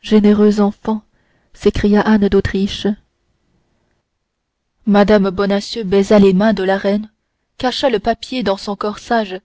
généreuse enfant s'écria anne d'autriche mme bonacieux baisa les mains de la reine cacha le papier dans son corsage